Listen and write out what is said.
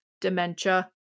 dementia